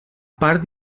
part